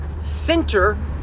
center